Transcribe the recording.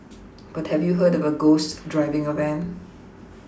but have you heard of a ghost driving a van